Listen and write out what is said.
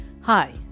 Hi